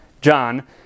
John